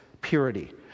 purity